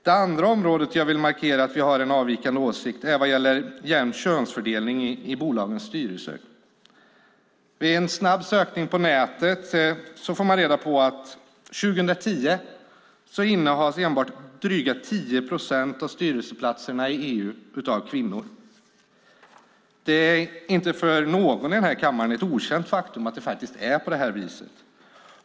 Det andra området där jag vill markera en avvikande åsikt är jämn könsfördelning i bolagens styrelser. Vid en snabb sökning på nätet får man reda på att 2010 innehas enbart dryga 10 procent av styrelseplatserna i EU av kvinnor. Det är inte för någon i den här kammaren ett okänt faktum att det är på det här viset.